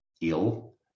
ill